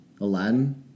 Aladdin